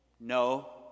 No